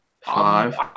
five